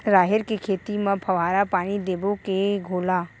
राहेर के खेती म फवारा पानी देबो के घोला?